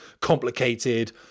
complicated